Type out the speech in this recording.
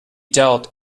dealt